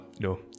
No